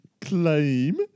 claim